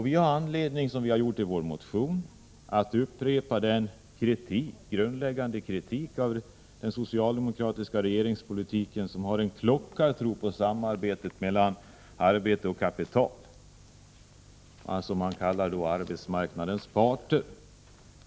Vi har anledning att — som vi har gjort i vår motion — upprepa vår grundläggande kritik av den socialdemokratiska regeringspolitiken, som visar en klockartro på samarbete mellan arbete och kapital, dvs. vad man kallar arbetsmarknadens parter.